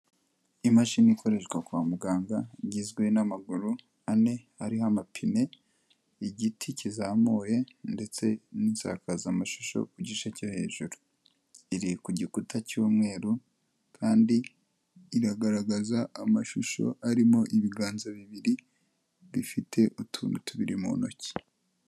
Imashini ikoreshwa kwa muganga igizwe n'amaguru ane hariho amapine, igiti kizamuye ndetse n'insakazamashusho ku gice cyo hejuru, iri ku gikuta cy'umweru kandi iragaragaza amashusho arimo ibiganza bibiri bifite utuntu tubiri mu ntoki.